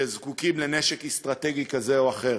כשזקוקים לנשק אסטרטגי כזה או אחר.